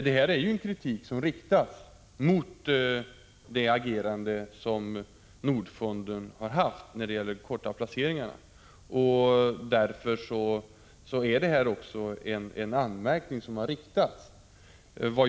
Detta är den kritik som riktats mot Nordfondens agerande när det gäller de korta placeringarna. Därför har också en anmärkning riktats mot detta agerande.